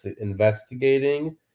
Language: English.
investigating